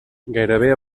gairebé